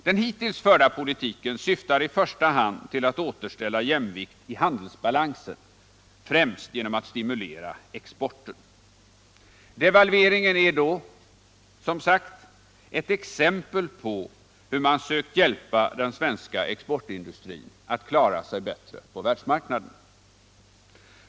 Den hittills förda politiken syftar i första hand till att återställa jämvikt i handelsbalansen, främst genom att stimulera exporten. Devalveringen är då som sagt ett exempel på hur man sökt hjälpa den svenska exportindustrin att klara sig bättre på världsmarknaden.